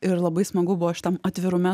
ir labai smagu buvo šitam atvirume